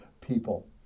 people